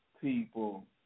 people